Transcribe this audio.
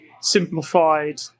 simplified